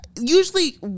usually